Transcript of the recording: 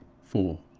four.